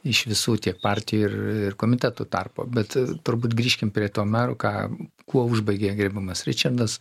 iš visų tiek partijų ir ir komitetų tarpo bet turbūt grįžkim prie to merų ką kuo užbaigė gerbiamas ričardas